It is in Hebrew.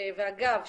ואגב,